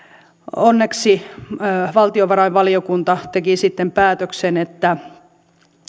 onneksi valtiovarainvaliokunta teki sitten päätöksen että